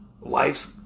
life's